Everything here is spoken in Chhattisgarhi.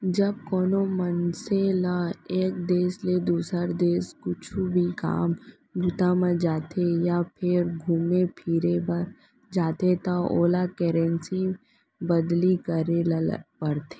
जब कोनो मनसे ल एक देस ले दुसर देस कुछु भी काम बूता म जाथे या फेर घुमे फिरे बर जाथे त ओला करेंसी बदली करे ल परथे